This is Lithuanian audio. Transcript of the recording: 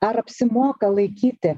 ar apsimoka laikyti